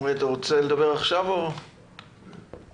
אורי, אתה רוצה לדבר עכשיו או מאוחר יותר?